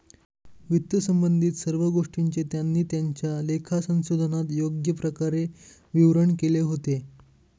वित्तसंबंधित सर्व गोष्टींचे त्यांनी त्यांच्या लेखा संशोधनात योग्य प्रकारे विवरण केले होते